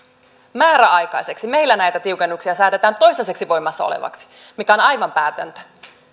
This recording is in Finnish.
määräaikaisiksi meillä näitä tiukennuksia säädetään toistaiseksi voimassa oleviksi mikä on aivan päätöntä